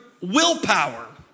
willpower